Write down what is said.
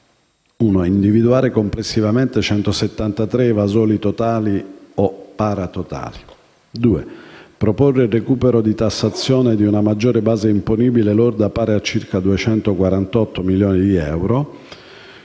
di: individuare complessivamente 173 evasori totali o paratotali; proporre il recupero a tassazione di una maggiore base imponibile lorda pari a circa 248 milioni di euro;